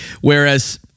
Whereas